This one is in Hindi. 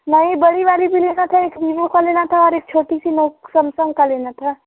नहीं बड़ी वाली भी लेना था एक बीबो का लेना था और एक छोटी सी नोक सैमसंग का लेना था